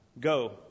Go